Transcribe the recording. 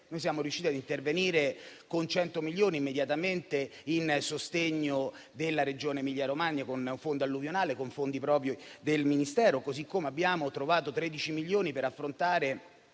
Siamo riusciti ad intervenire con 100 milioni immediatamente in sostegno della Regione Emilia-Romagna, con un fondo alluvionale e con fondi propri del Ministero, così come abbiamo trovato 13 milioni per affrontare